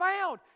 found